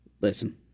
Listen